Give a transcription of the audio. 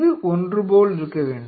இது ஒன்றுபோல் இருக்க வேண்டும்